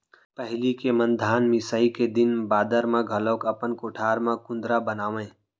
पहिली के मन धान मिसाई के दिन बादर म घलौक अपन कोठार म कुंदरा बनावयँ